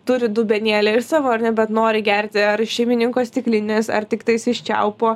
turi dubenėlį ir savo ar ne bet nori gerti ar iš šeimininko stiklinės ar tiktais iš čiaupo